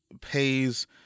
pays